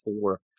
four